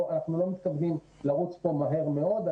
אנחנו לא מתכוונים לרוץ כאן מהר מאוד.